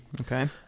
Okay